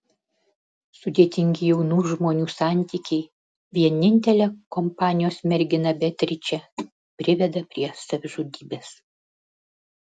sudėtingi jaunų žmonių santykiai vienintelę kompanijos merginą beatričę priveda prie savižudybės